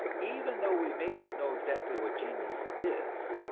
even though we may not know exactly what genius is.